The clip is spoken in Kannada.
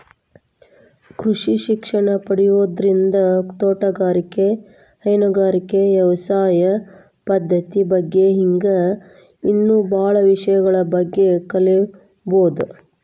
ಕೃಷಿ ಶಿಕ್ಷಣ ಪಡಿಯೋದ್ರಿಂದ ತೋಟಗಾರಿಕೆ, ಹೈನುಗಾರಿಕೆ, ವ್ಯವಸಾಯ ಪದ್ದತಿ ಬಗ್ಗೆ ಹಿಂಗ್ ಇನ್ನೂ ಬಾಳ ವಿಷಯಗಳ ಬಗ್ಗೆ ಕಲೇಬೋದು